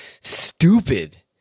stupid